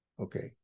okay